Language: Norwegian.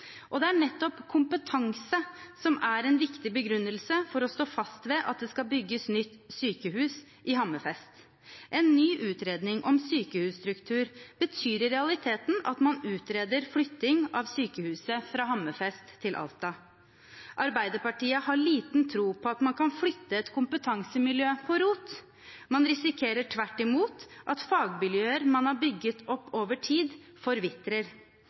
Og det er nettopp kompetanse som er en viktig begrunnelse for å stå fast ved at det skal bygges nytt sykehus i Hammerfest. En ny utredning om sykehusstruktur betyr i realiteten at man utreder flytting av sykehuset fra Hammerfest til Alta. Arbeiderpartiet har liten tro på at man kan flytte et kompetansemiljø på rot. Man risikerer tvert imot at fagmiljøer man har bygget opp over tid, forvitrer.